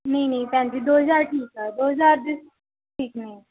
ਨਹੀਂ ਨਹੀਂ ਭੈਣ ਜੀ ਦੋ ਹਜ਼ਾਰ ਠੀਕ ਆ ਦੋ ਹਜ਼ਾਰ ਦੇ ਠੀਕ ਨੇ